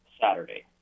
Saturday